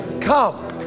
come